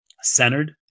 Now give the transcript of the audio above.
centered